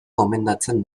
gomendatzen